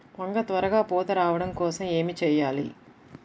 వంగ త్వరగా పూత రావడం కోసం ఏమి చెయ్యాలి?